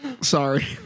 Sorry